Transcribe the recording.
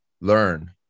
learn